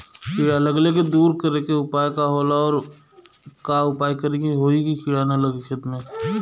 कीड़ा लगले के दूर करे के उपाय का होला और और का उपाय करें कि होयी की कीड़ा न लगे खेत मे?